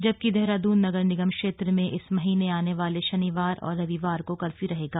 जबकि देहरादून नगर निगम क्षेत्र में इस महीने आने वाले शनिवार और रविवार को कर्फ्य् रहेगा